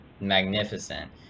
magnificent